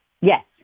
yes